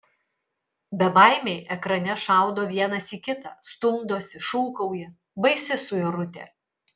bebaimiai ekrane šaudo vienas į kitą stumdosi šūkauja baisi suirutė